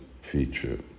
feature